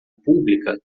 pública